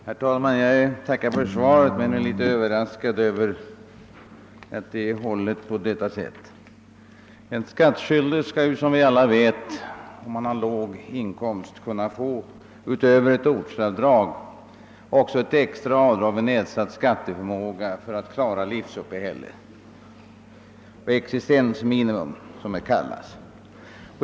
Herr talman! Jag tackar för svaret men är litet överraskad över att det är avfattat på detta sätt. En skattskyldig skall, som vi alla vet, om han eller hon har låg inkomst — utöver ett ortsavdrag — kunna få ett extra avdrag på grund av nedsatt skatteförmåga för att klara livsuppehället, s.k. existensminimum.